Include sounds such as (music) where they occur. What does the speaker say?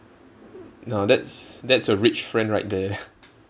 no that's that's a rich friend right there (breath)